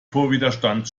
vorwiderstand